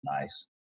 Nice